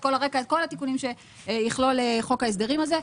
את הרקע ואת התיקונים שיכלול חוק ההסדרים הזה.